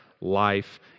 life